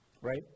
Right